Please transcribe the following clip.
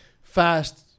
fast